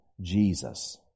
Jesus